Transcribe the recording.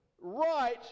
right